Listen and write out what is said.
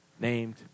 named